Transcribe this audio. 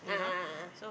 a'ah a'ah